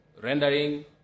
rendering